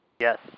Yes